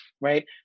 right